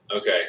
Okay